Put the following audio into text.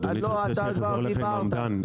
אדוני, ביקשת שאני אחזור אליך עם האומדן.